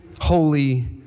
holy